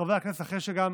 חברי הכנסת, אחרי שגם